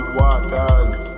waters